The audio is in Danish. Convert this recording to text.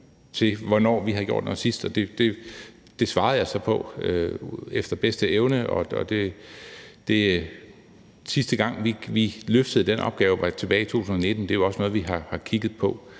til, hvornår vi havde gjort noget sidst, og det svarede jeg så på efter bedste evne. Sidste gang vi løftede den opgave, var tilbage i 2019, og det er jo også noget, vi har kigget på